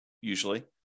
usually